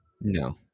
No